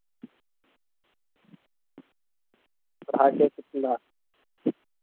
कितना